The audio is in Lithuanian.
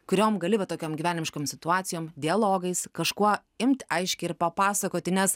kuriom gali va tokiom gyvenimiškom situacijom dialogais kažkuo imt aiškiai ir papasakoti nes